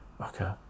okay